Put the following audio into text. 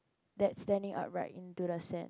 that's standing up right into the sand